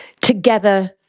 together